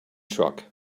truck